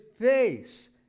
face